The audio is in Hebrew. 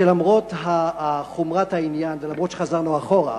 שלמרות חומרת העניין ואף-על-פי שחזרנו אחורה,